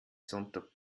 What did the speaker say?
sonntag